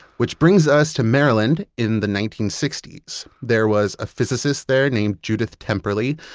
which brings us to maryland, in the nineteen sixty s. there was a physicist there named judith temperley,